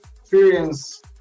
experience